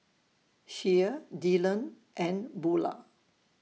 Shea Dylon and Bulah